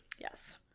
Yes